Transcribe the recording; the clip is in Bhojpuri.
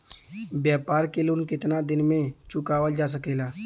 व्यापार के लोन कितना दिन मे चुकावल जा सकेला?